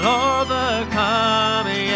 overcome